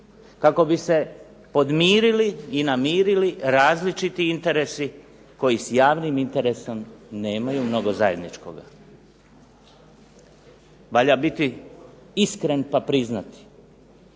Kako bi se podmirili i namirili različiti interesi koji s javnim interesom nemaju mnogo zajedničkoga. Valja biti iskren pa priznati